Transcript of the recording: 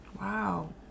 Wow